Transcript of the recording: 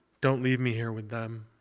don't leave me here with them